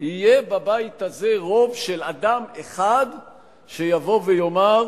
יהיה בבית הזה רוב של אדם אחד שיבוא ויאמר: